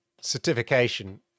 certification